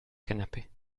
canapé